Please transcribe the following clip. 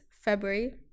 february